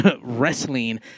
wrestling